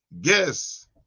guess